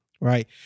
right